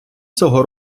цього